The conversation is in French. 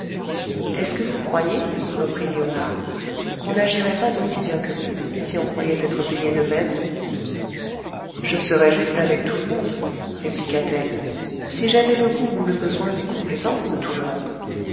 est-ce que vous croyez reprit léonard qu'on n'agirait pas aussi bien que lui si on croyait être payé de même je serais juste avec tout le monde répliqua-t-elle si j'avais le goût ou le besoin des complaisances de tout le monde